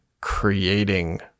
creating